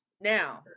Now